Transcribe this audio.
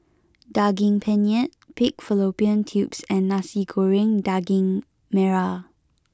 Daging Penyet Pig Fallopian Tubes and Nasi Goreng Daging Merah